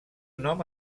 nom